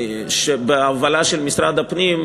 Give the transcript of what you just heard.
בהובלה של משרד הפנים,